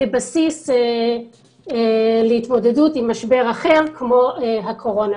כבסיס להתמודדות עם משבר אחר כמו הקורונה,